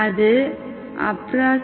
அது 0